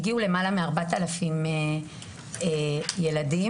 הגיעו למעלה מ-4,000 ילדים.